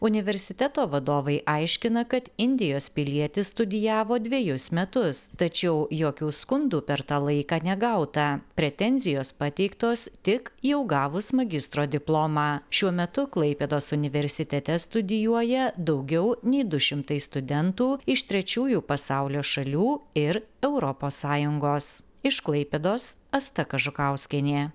universiteto vadovai aiškina kad indijos pilietis studijavo dvejus metus tačiau jokių skundų per tą laiką negauta pretenzijos pateiktos tik jau gavus magistro diplomą šiuo metu klaipėdos universitete studijuoja daugiau nei du šimtai studentų iš trečiųjų pasaulio šalių ir europos sąjungos iš klaipėdos asta kažukauskienė